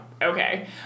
okay